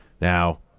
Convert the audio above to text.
Now